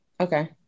Okay